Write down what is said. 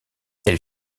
elle